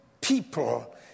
people